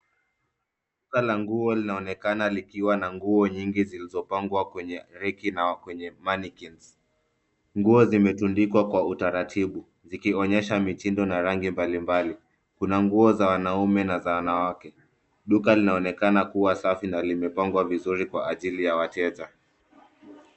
Duka la nguo linaonekana likiwa na nguo nyingi zilizopangwa kwenye reki na kwenye manequinns . Nguo zimetundikwa kwa utaratibu zikionyesha mitindo na rangi mbalimbali. Kuna nguo za wanaume na za wanawake. Duka linaonekana kuwa safi na limepangwa vizuri kwa ajili ya wateja.